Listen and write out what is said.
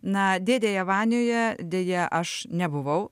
na dėdėje vanioje deja aš nebuvau